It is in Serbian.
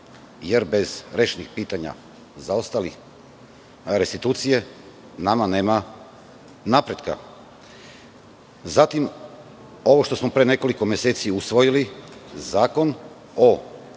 jer bez rešenih pitanja zaostalih restitucije, nama nema napretka. Zatim, ovo što smo pre nekoliko meseci usvojili, Zakon o